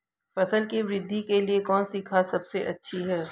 फसल की वृद्धि के लिए कौनसी खाद सबसे अच्छी है?